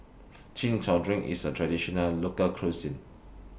Chin Chow Drink IS A Traditional Local Cuisine